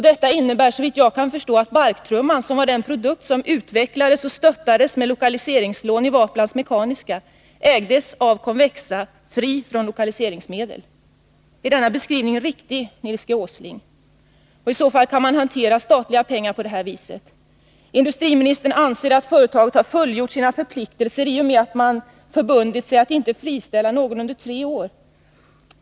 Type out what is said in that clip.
Detta innebär, såvitt jag kan förstå, att barktrumman var den produkt som utvecklades och stöttades med lokaliseringslån i Waplans Mekaniska men ägdes av Convexa, fri från lokaliseringsmedel. Är denna beskrivning riktig, Nils G. Åsling? Kan man i så fall hantera statliga pengar på detta vis? Industriministern anser att företaget har uppfyllt sina sysselsättningsåtaganden i och med att det har förbundit sig att inte friställa någon under tre år.